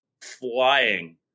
flying